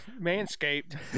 manscaped